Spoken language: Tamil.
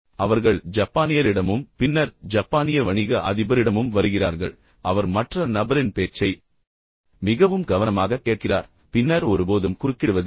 எனவே அவர்கள் ஜப்பானியரிடமும் பின்னர் ஜப்பானிய வணிக அதிபரிடமும் வருகிறார்கள் அவர் மற்ற நபரின் பேச்சை மிகவும் கவனமாகக் கேட்கிறார் ஆனால் பின்னர் ஒருபோதும் குறுக்கிடுவதில்லை